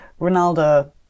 Ronaldo